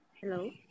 Hello